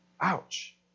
Ouch